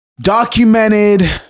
documented